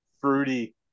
fruity